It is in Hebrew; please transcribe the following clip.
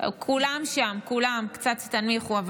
כולם שם, תנמיכו.